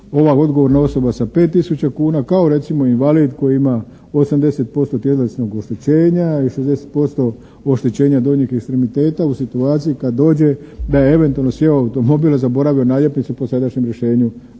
ova odgovorna osoba sa 5 tisuća kuna kao recimo invalid koji ima 80% tjelesnog oštećenja i 60% oštećenja donjih ekstremiteta u situaciji kad dođe da je eventualno sjeo u automobil, zaboravio naljepnicu po sadašnjem rješenju